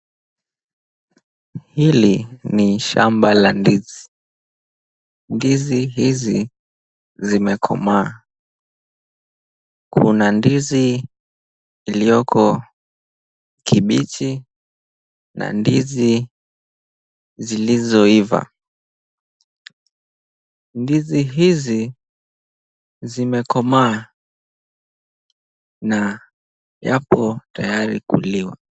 Hili ni shamba la ndizi. Ndizi hizi zimekomaa. Kuna ndizi ilioko kimbichi na ndizi zilizoiva. Ndizi hizi zimekomaa na yapo tayari kuliwa.